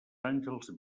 àngels